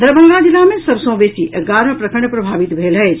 दरभंगा जिला मे सभ सँ बेसी एगारह प्रखंड प्रभावित भेल अछि